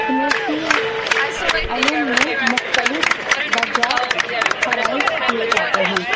فنونی علوم میں مختلف درجات فراہم کیے جاتے ہیں